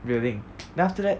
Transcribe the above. railing then after that